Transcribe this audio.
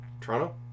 Toronto